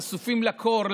חשופים לקור,